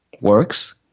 works